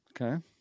Okay